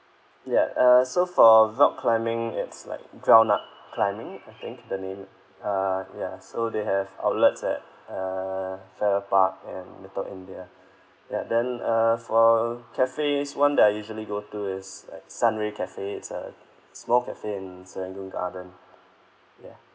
ya uh so for rock climbing it's like ground up climbing I think the name uh ya so they have outlets at uh farrer park and little india ya then uh for cafe's one that I usually go to is like sun ray cafe it's a small cafe in serangoon garden ya